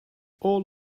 all